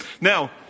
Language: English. now